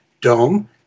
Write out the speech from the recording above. Dome